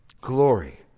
Glory